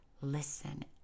listen